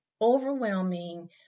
overwhelming